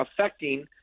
affecting